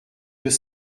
deux